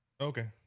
Okay